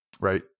right